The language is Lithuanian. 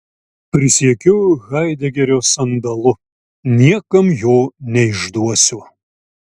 prisiekiu haidegerio sandalu niekam jo neišduosiu